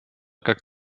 как